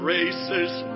Racist